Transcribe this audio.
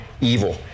evil